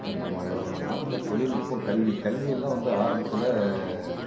இப்போ நம்ம ஒரு நாட்டில் தொழில்நுட்பம் கல்வி கல்வியெல்லாம் வந்து ஆரம்பத்தில்